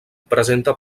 presenta